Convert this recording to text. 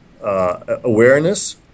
awareness